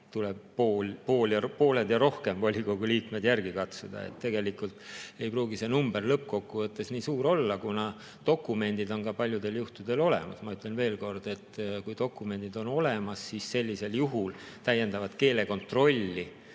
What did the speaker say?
tuleb pooled ja rohkemgi volikogu liikmeid järgi katsuda. Tegelikult ei pruugi see number lõppkokkuvõttes suur olla, kuna dokumendid on paljudel [inimestel] olemas. Ma ütlen veel kord, et kui dokumendid on olemas, siis täiendavat keelekontrolli,